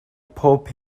pob